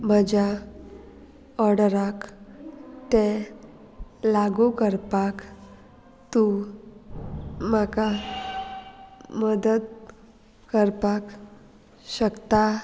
म्हज्या ऑर्डराक ते लागू करपाक तूं म्हाका मदत करपाक शकता